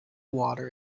water